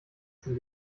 zum